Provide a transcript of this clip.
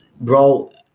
bro